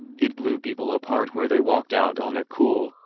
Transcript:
it blew people apart where they walked out on a cool,